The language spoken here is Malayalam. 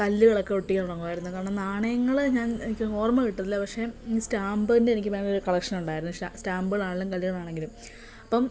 കല്ലുകളൊക്കെ ഒട്ടിക്കാൻ തുടങ്ങുവായിരുന്നു കാരണം നാണയങ്ങള് ഞാൻ എനിക്ക് ഓർമ്മ കിട്ടുന്നില്ല പക്ഷെ ഈ സ്റ്റാമ്പിൻ്റെ എനിക്ക് ഭയങ്കരൊരു കളക്ഷനൊണ്ടായിരുന്നു ശ സ്റ്റാമ്പുകളാണെങ്കിലും കല്ലുകളാണെങ്കിലും അപ്പം